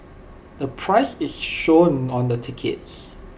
the price is shown on the tickets